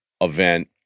event